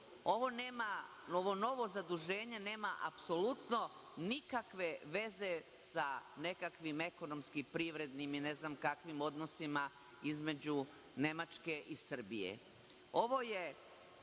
javnosti, ovo novo zaduženje nema apsolutno nikakve veze sa nekakvim ekonomskim, privrednim i ne znam kakvim odnosima između Nemačke i Srbije. Ovo je